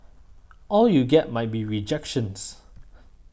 all you get might be rejections